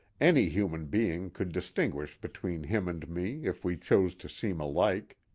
any human being could distinguish between him and me if we chose to seem alike.